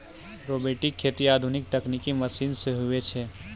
robotic खेती आधुनिक तकनिकी मशीन से हुवै छै